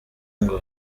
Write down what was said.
ngo